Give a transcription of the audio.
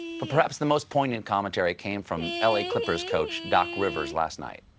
but perhaps the most poignant commentary came from l a. clippers coach doc rivers last night.